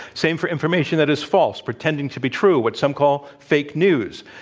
same for information that is false, pretending to be true, what some call fake news.